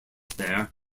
there